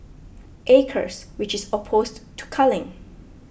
acres which is opposed to culling